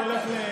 נא לסיים.